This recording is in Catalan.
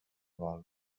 vol